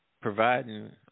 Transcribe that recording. providing